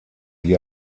die